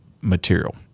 material